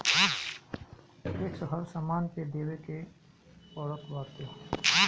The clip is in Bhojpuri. टेक्स हर सामान पे देवे के पड़त बाटे